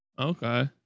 Okay